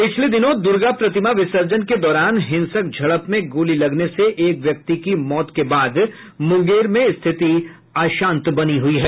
पिछले दिनों दुर्गा प्रतिमा विसर्जन के दौरान हिंसक झड़प में गोली लगने से एक व्यक्ति की मौत के बाद मुंगेर में स्थिति अशांत बनी हुई है